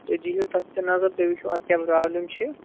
تُہۍ دِیِہو تَتھ تہِ نظر تُہۍ وٕچھو اَتھ کیٛاہ پرابلِم چھِ